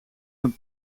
een